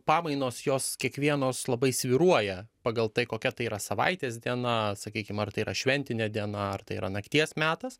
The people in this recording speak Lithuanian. pamainos jos kiekvienos labai svyruoja pagal tai kokia tai yra savaitės diena sakykim ar tai yra šventinė diena ar tai yra nakties metas